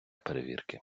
перевірки